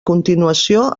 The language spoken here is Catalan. continuació